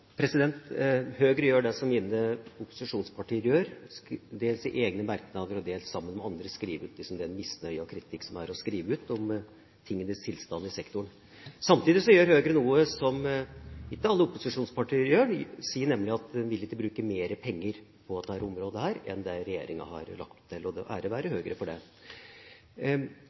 dels sammen med andre skriver de ut den misnøye og den kritikk som er å skrive ut om tingenes tilstand i sektoren. Samtidig gjør Høyre noe som ikke alle opposisjonspartier gjør, de sier nemlig at de ikke vil bruke mer penger enn det regjeringa har lagt opp til på dette området. Ære være Høyre for det. Da er mitt spørsmål knyttet til at Høyre samtidig sier at det er mange statlige reformer som er underfinansiert, underforstått at her burde det